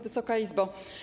Wysoka Izbo!